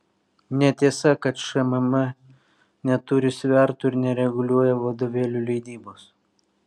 netiesa kad šmm neturi svertų ir nereguliuoja vadovėlių leidybos